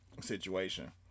situation